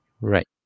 Right